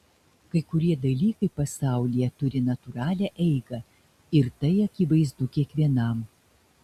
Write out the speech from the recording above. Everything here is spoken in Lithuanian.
kai kurie dalykai pasaulyje turi natūralią eigą ir tai akivaizdu kiekvienam